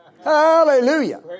Hallelujah